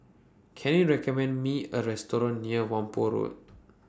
Can YOU recommend Me A Restaurant near Whampoa Road